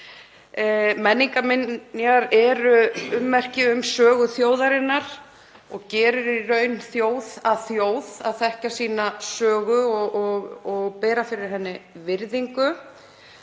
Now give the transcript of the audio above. Menningarminjar eru ummerki um sögu þjóðarinnar og gerir það í raun þjóð að þjóð að þekkja sína sögu og bera virðingu